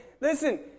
Listen